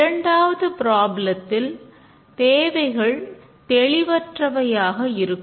இரண்டாவது ப்ராப்ளத்தில் தேவைகள் தெளிவற்றவையாக இருக்கும்